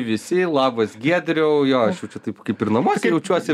visi labas giedriau jo aš jau čia taip kaip ir namuose jaučiuosi